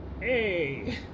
hey